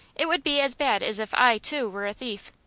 it would be as bad as if i, too, were a thief.